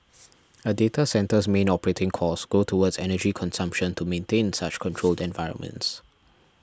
a data centre's main operating costs go towards energy consumption to maintain such controlled environments